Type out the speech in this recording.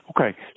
Okay